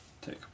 take